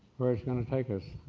where it's going to take us.